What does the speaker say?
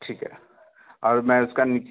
ठीक है और मैं उसका नीचे